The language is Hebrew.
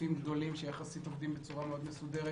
גופים גדולים שיחסית עובדים בצורה מאוד מסודרת